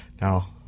Now